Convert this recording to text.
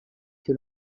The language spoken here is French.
que